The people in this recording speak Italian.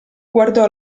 guardò